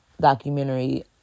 documentary